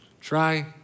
Try